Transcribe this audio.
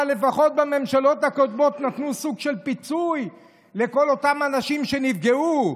אבל לפחות בממשלות הקודמות נתנו סוג של פיצוי לכל אותם אנשים שנפגעו.